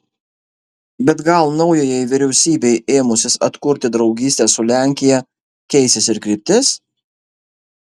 bet gal naujajai vyriausybei ėmusis atkurti draugystę su lenkija keisis ir kryptis